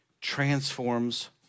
transforms